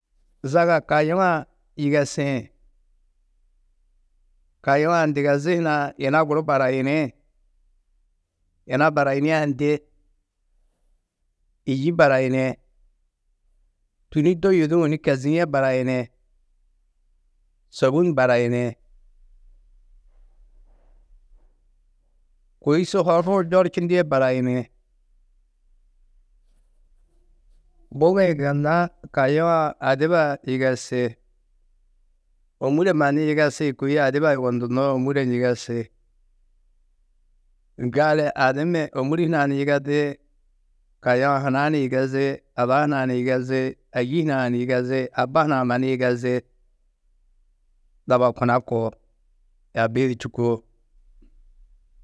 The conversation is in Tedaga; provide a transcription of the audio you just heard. Zaga kayuaã yigesĩ. Kayuã ndigezi hunã yina guru barayini, yina barayinîa ndê? Yî barayini, tûni du yûduũ su kezîe barayini, sôbun barayini, kôi su horuũ njorčindîe barayini, bugi-ĩ gunna kayũa-ã adiba-ã yigesi, ômure mannu yigesi kôi adiba yugondunnoó, ômure ni yigesi. Gali adimmi ômuri hunã ni yigezi, kayũa huna ni yigezi, ada hunã ni yigezi, ayî hunã ni yigezi, abba hunã mannu yigezi, doba kuna koo yaabi du čukoo.